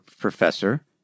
professor